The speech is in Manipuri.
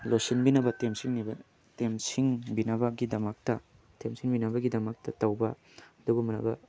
ꯂꯣꯏꯁꯤꯟꯕꯤꯅꯕ ꯇꯦꯝꯁꯤꯡꯕꯤꯅꯕꯒꯤꯗꯃꯛꯇ ꯇꯦꯝꯁꯤꯡꯕꯤꯅꯕꯒꯤꯗꯃꯛꯇ ꯇꯧꯕ ꯑꯗꯨꯒꯨꯝꯂꯕ